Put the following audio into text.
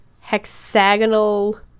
hexagonal